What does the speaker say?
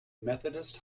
methodist